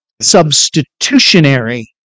substitutionary